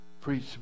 Preach